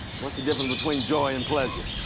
what's the difference between joy and pleasure?